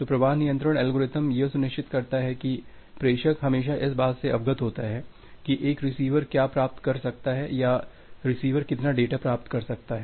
तो प्रवाह नियंत्रण एल्गोरिथ्म यह सुनिश्चित करता है कि प्रेषक हमेशा इस बात से अवगत होता है कि एक रिसीवर क्या प्राप्त कर सकता है या रिसीवर कितना डेटा प्राप्त कर सकता है